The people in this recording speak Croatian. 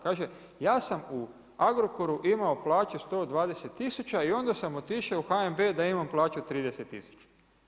Kaže ja sam u Agrokoru imao plaću 120000 i onda sam otišao u HNB da imam plaću 30000.